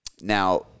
Now